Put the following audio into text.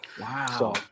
Wow